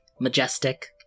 majestic